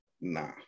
nah